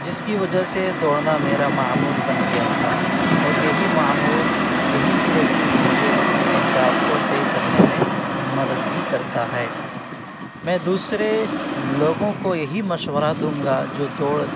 جس کی وجہ سے دوڑنا میرا معمول بن گیا تھا اور یہی معمول یہی پریکٹس مجھے اپنے اہداف کو طے کرنے میں مدد بھی کرتا ہے میں دوسرے لوگوں کو یہی مشورہ دوں گا جو دوڑ